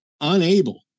unable